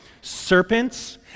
serpents